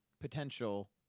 potential